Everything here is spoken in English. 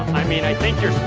i mean, i think you're